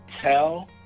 Tell